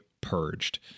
purged